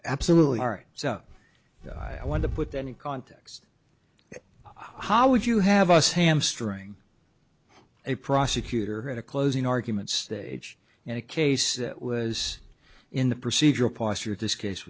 absolutely so i want to put any context how would you have us hamstring a prosecutor at a closing argument stage in a case that was in the procedural posture to scase